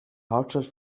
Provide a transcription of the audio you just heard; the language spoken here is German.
hauptstadt